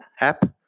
app